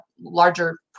larger